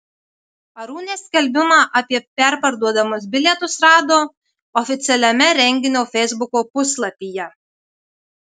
arūnė skelbimą apie perparduodamus bilietus rado oficialiame renginio feisbuko puslapyje